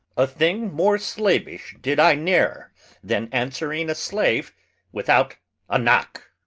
a thing more slavish did i ne'er than answering a slave without a knock.